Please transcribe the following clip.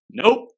Nope